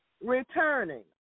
Returning